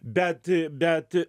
bet bet